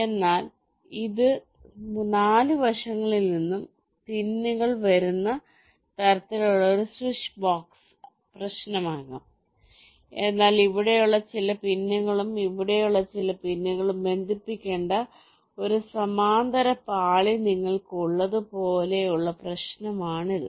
അതിനാൽ ഇത് 4 വശങ്ങളിൽ നിന്നും പിന്നുകൾ വരുന്ന തരത്തിലുള്ള ഒരു സ്വിച്ച് ബോക്സ് പ്രശ്നമാകാം എന്നാൽ ഇവിടെയുള്ള ചില പിന്നുകളും ഇവിടെയുള്ള ചില പിന്നുകളും ബന്ധിപ്പിക്കേണ്ട ഒരു സമാന്തര പാളി നിങ്ങൾക്ക് ഉള്ളത് പോലുള്ള പ്രശ്നമാണിത്